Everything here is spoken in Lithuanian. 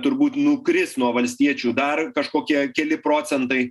turbūt nukris nuo valstiečių dar kažkokie keli procentai